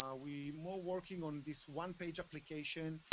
um we're more working on this one page application.